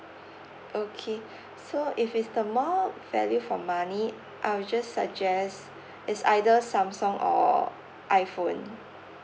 okay so if it's the more value for money I will just suggest is either Samsung or iPhone